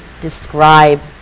describe